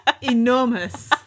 enormous